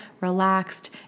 relaxed